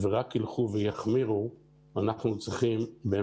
והן רק ילכו ויחמירו, אנחנו צריכים לומר